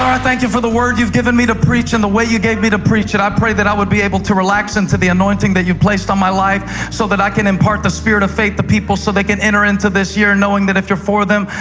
i thank you for the word you've given me to preach and the way you gave me to preach it. i pray that i would be able to relax into the anointing you've placed on my life so that i can impart the spirit of faith to people so they can enter into this year knowing that if you're for them,